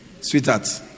sweetheart